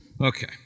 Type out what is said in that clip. Okay